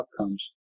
outcomes